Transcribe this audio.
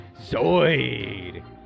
Zoid